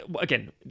again